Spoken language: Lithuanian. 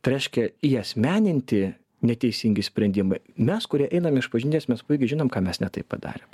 tai reiškia įasmeninti neteisingi sprendimai mes kurie einam išpažinties mes puikiai žinom ką mes ne taip padarėm